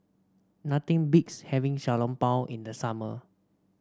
nothing beats having Xiao Long Bao in the summer